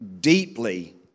deeply